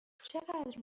چقدر